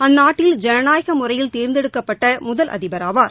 அந்நாட்டில் ஜனநாயக முறையில் தேர்ந்தெடுக்கப்பட்ட முதல் அதிபராவார்